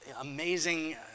amazing